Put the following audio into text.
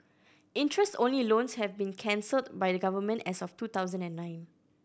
interest only loans have been cancelled by the Government as of two thousand and nine